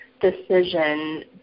decision